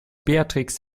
beatrix